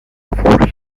for